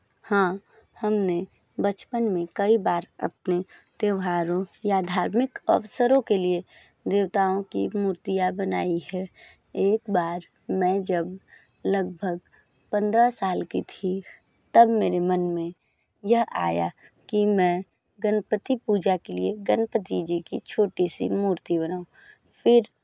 हाँ हमने बचपन में कई बार अपने त्यौहारों या धार्मिक अवसरों के लिए देवताओं की मूर्तियाँ बनाई हैं एक बार मैं जब लगभग पन्द्रह साल की थी तब मेरे मन में यह आया कि मैं गणपति पूजा के लिए गणपति जी की छोटी सी मूर्ति बनाऊं फिर